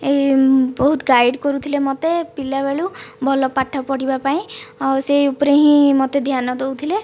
ଏହି ବହୁତ ଗାଇଡ଼ କରୁଥିଲେ ମୋତେ ପିଲାବେଳୁ ଭଲ ପାଠ ପଢ଼ିବା ପାଇଁ ଆଉ ସେହି ଉପରେ ହିଁ ମୋତେ ଧ୍ୟାନ ଦେଉଥିଲେ